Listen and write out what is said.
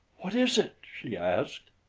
what is it? she asked.